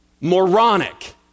moronic